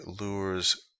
lures